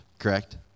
correct